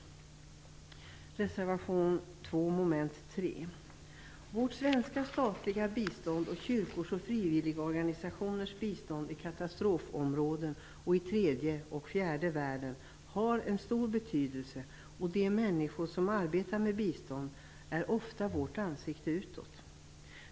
Sedan går jag över till att tala om reservation 2 Vårt svenska statliga bistånd och kyrkors och frivilliga organisationers bistånd i katastrofområden och i tredje och fjärde världen har en stor betydelse, och de människor som arbetar med bistånd är ofta vårt ansikte utåt.